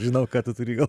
žinau kad apsiriko